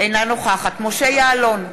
אינה נוכחת משה יעלון,